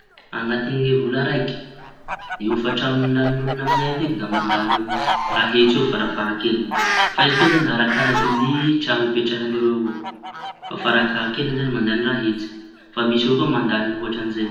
Añaty vola raiky ny hofa-traño lañy olo amiñay atiky da mandañy eo amy iray hetsy eo fara fahakeliñy. Fa izy koa zañy araky ny traño hipetrahan-dreo avao. Fa farafahakeliñy zañy mandañy iray hetsy fa misy avao koa mandañy mihoatsy añizay.